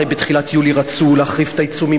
הרי בתחילת יולי רצו להחריף את העיצומים,